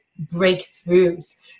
breakthroughs